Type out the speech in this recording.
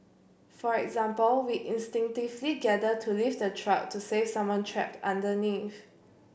for example we instinctively gather to lift a truck to save someone trapped underneath